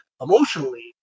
Emotionally